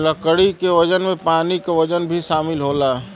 लकड़ी के वजन में पानी क वजन भी शामिल होला